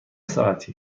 ساعتی